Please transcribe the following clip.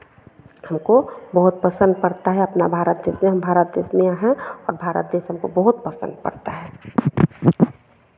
हमको बहुत पसंद पड़ता है अपना भारत जो हम भारत देश में हैं और भारत देश हमको बहुत पसंद पड़ता है